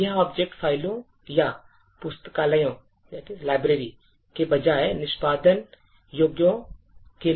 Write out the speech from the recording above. यह object फ़ाइलों या पुस्तकालयों के बजाय निष्पादन योग्यों के लिए अधिक लागू होता है